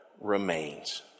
remains